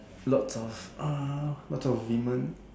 lots of uh lots of women